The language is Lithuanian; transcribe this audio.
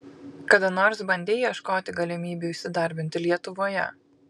kada nors bandei ieškoti galimybių įsidarbinti lietuvoje